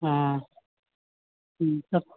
हँ हूँ सभ